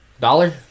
Dollar